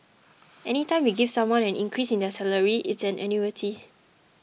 any time you give someone an increase in their salary it's an annuity